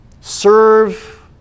Serve